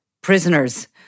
prisoners